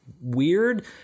weird